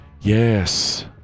Yes